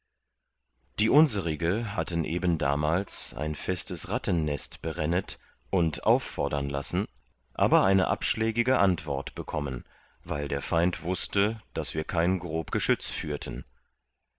die unserige hatten eben damals ein festes rattennest berennet und auffodern lassen aber eine abschlägige antwort bekommen weil der feind wußte daß wir kein grob geschütz führten